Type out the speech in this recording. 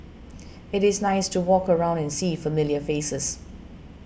it is nice to walk around and see familiar faces